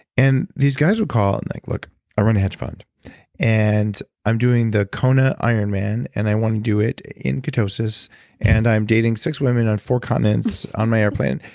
and these guys would call and like, look i run a hedge fund and i'm doing the kona ironman and i want to do it in ketosis and i'm dating six women on four continents on my airplane.